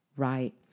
right